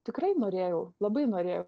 tikrai norėjau labai norėjau